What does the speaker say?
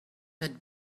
had